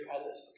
others